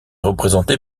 représentée